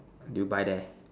do you buy there